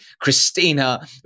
Christina